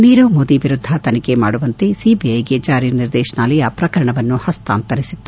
ನೀರವ್ ಮೋದಿ ವಿರುದ್ದ ತನಿಖೆ ಮಾಡುವಂತೆ ಸಿಬಿಐಗೆ ಜಾರಿ ನಿರ್ದೇಶನಾಲಯ ಪ್ರಕರಣವನ್ನು ಹಸ್ತಾಂತರಿಸಿತ್ತು